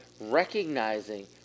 recognizing